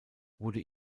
wurde